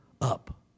up